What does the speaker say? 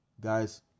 Guys